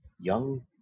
young